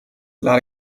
laat